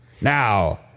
Now